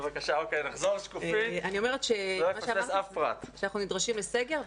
אני אומרת שאנחנו נדרשים לסגר.